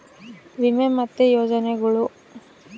ವಿಮೆ ಮತ್ತೆ ಯೋಜನೆಗುಳು